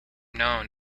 known